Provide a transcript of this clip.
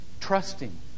trusting